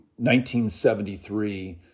1973